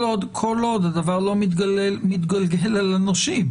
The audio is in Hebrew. כל עוד הדבר לא מתגלגל על הנושים.